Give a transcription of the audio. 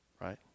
right